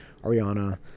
Ariana